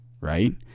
right